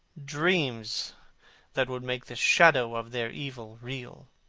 dreams that would make the shadow of their evil real.